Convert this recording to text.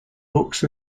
books